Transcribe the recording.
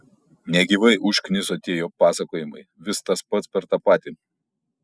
negyvai užkniso tie jo pasakojimai vis tas pats per tą patį